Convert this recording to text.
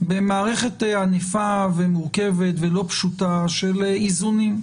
במערכת ענפה ומורכבת ולא פשוטה של איזונים.